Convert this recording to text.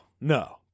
no